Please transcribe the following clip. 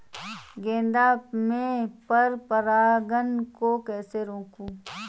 गेंदा में पर परागन को कैसे रोकुं?